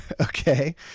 Okay